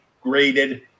graded